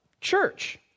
church